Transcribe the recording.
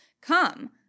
come